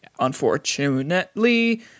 unfortunately